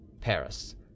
Paris